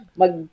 mag